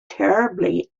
terribly